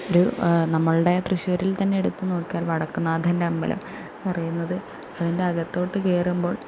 ഒരു നമ്മളുടെ തൃശ്ശൂരിൽ തന്നെ എടുത്തു നോക്കിയാൽ വടക്കുംനാഥൻ്റെ അമ്പലം പറയുന്നത് അതിൻ്റെ അകത്തോട്ട് കയറുമ്പോൾ